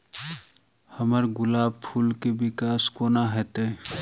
हम्मर गुलाब फूल केँ विकास कोना हेतै?